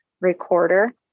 recorder